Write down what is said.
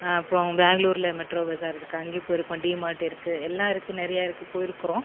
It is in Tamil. அப்புறம் பேங்ளூருல மெட்ரோ பஸார் இருக்குது அங்கே போயிருக்கோம் டிமாட் இருக்குது எல்லாம் இருக்குது நிறையா இருக்குது போயிருக்கிறோம்